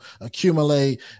accumulate